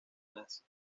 las